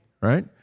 Right